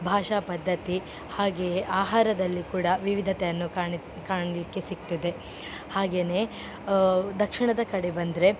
ಭಾಷಾ ಪದ್ದತಿ ಹಾಗೆಯೇ ಆಹಾರದಲ್ಲಿ ಕೂಡ ವಿವಿಧತೆಯನ್ನು ಕಾಣಲಿಕ್ಕೆ ಸಿಕ್ತದೆ ಹಾಗೇ ದಕ್ಷಿಣದ ಕಡೆ ಬಂದರೆ